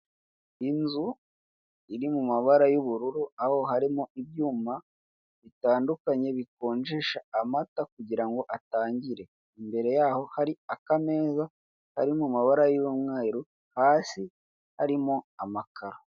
Inzu iri mu mabara y'ubururu, aho harimo ibyuma bitandukanye bikonjesha amata kugira ngo atangirika, imbere yaho hari akameza kari mu mabara y'umweru, hasi harimo amakaro.